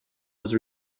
was